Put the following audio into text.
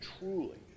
truly